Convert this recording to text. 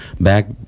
back